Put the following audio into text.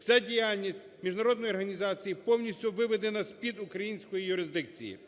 Вся діяльність міжнародної організації повністю виведена з-під української юрисдикції.